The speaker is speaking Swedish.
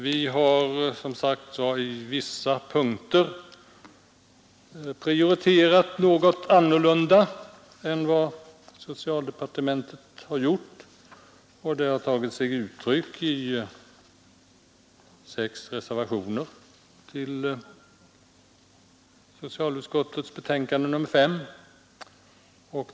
Vi har, som sagt, på vissa punkter prioriterat något annorlunda än socialdepartementet, och det har tagit sig uttryck i sex reservationer till socialutskottets betänkande nr 5.